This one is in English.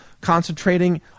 concentrating